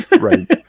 right